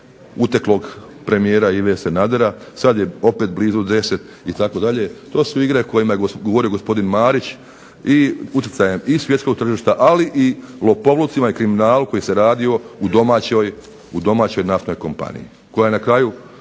uteklog premijera Ive Sanadera, sad je opet blizu 10 itd., to su igre o kojima je govorio gospodin Marić, i utjecajem i svjetskog tržišta, ali i lopovlucima i kriminalu koji se radio u domaćoj naftnoj kompaniji,